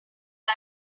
not